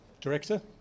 Director